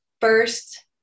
first